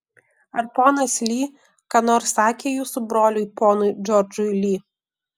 ar ponas li ką nors sakė jūsų broliui ponui džordžui li